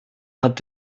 hat